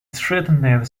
threatened